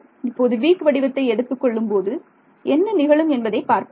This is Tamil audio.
இப்போது வீக் வடிவத்தை எடுத்துக் கொள்ளும் போது என்ன நிகழும் என்பதை பார்ப்போம்